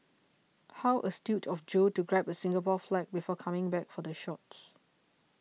how astute of Joe to grab a Singapore flag before coming back for the shots